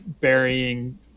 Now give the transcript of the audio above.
burying